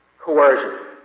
Coercion